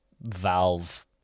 valve